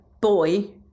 boy